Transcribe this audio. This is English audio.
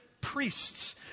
Priests